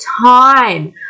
time